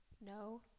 No